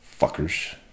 Fuckers